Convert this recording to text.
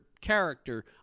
character